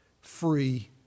free